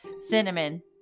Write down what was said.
Cinnamon